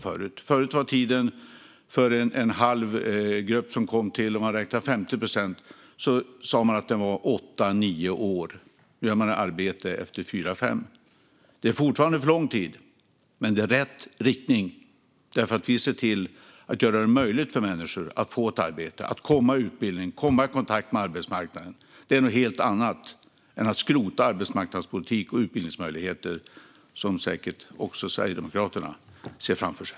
Förut tog det åtta nio år för 50 procent att komma i arbete. Nu är de i arbete efter fyra fem år. Det är fortfarande för lång tid, men det är rätt riktning. Vi ser till att göra det möjligt för människor att få ett arbete, att komma i utbildning, att komma i kontakt med arbetsmarknaden. Det är något helt annat än att skrota arbetsmarknadspolitik och utbildningsmöjligheter, som säkert också Sverigedemokraterna ser framför sig.